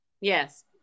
Yes